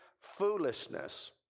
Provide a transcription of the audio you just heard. foolishness